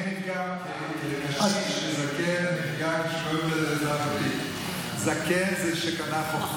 אני נפגע כקשיש וזקן כשקוראים לי "אזרח ותיק".